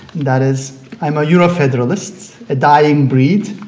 that is i'm a euro-federalist, a dying breed.